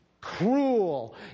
cruel